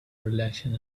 relaxing